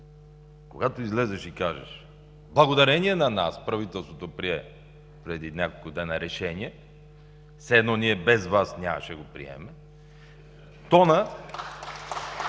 когато излезеш и кажеш: „Благодарение на нас, правителството прие преди няколко дена решение” – все едно ние без Вас нямаше да го приемем, тонът